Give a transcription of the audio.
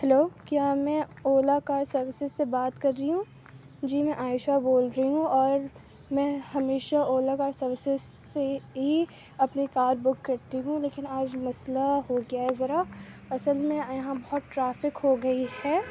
hello کیا میں Ola car services سے بات کر رہی ہوں جی میں عائشہ بول رہی ہوں اور میں ہمیشہ اولا کار سروسز سے ہی اپنی کار بک کرتی ہوں لیکن آج مسئلہ ہو گیا ہے ذرا اصل میں یہاں بہت ٹرافک ہو گئی ہے